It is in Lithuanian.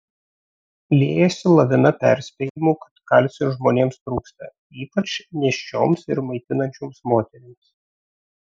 liejasi lavina perspėjimų kad kalcio žmonėms trūksta ypač nėščioms ir maitinančioms moterims